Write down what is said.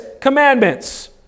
commandments